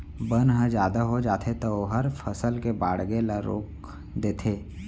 बन ह जादा हो जाथे त ओहर फसल के बाड़गे ल रोक देथे